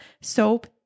soap